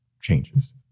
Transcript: changes